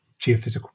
geophysical